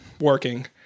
working